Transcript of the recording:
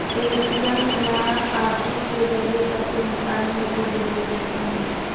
ATM या passbook के जरिये पैसे निकालने को डेबिट कहते हैं